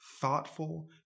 thoughtful